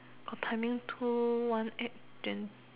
the timing two one eight then